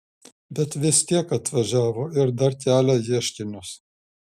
bet vis tiek atvažiavo ir dar kelia ieškinius